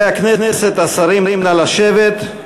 קריאה ראשונה.